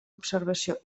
observació